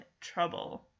trouble